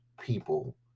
people